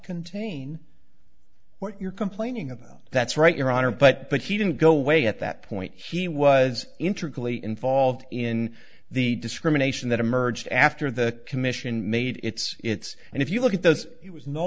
contain what you're complaining about that's right your honor but but he didn't go away at that point he was intricately involved in the discrimination that emerged after the commission made its it's and if you look at those he was no